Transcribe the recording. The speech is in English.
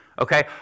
okay